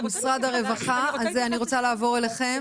משרד הרווחה, אני רוצה לעבור אליכם.